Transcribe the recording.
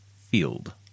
field